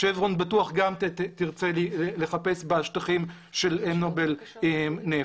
שברון בטוח גם תרצה לחפש בשטחים של נובל נפט,